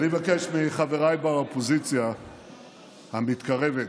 אני מבקש מחבריי באופוזיציה המתקרבת,